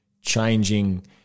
changing